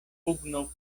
pugno